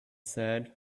said